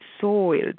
soiled